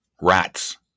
Rats